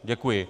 Děkuji.